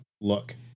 look